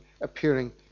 appearing